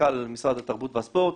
מנכ"ל משרד התרבות והספורט,